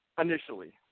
initially